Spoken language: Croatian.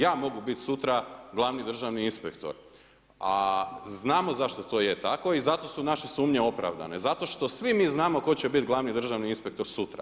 Ja mogu biti sutra glavni državni inspektor, a znamo zašto to je tako i zato su naše sumnje opravdane, zato što svi mi znamo tko će biti glavni državni inspektor sutra.